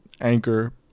Anchor